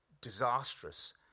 disastrous